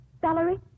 Valerie